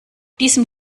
diesem